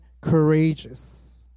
courageous